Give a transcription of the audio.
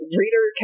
reader